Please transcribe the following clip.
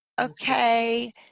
Okay